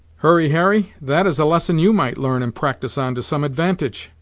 hurry harry, that is a lesson you might learn and practise on to some advantage,